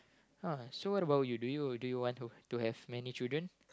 uh so what about you do you do you want to to have many children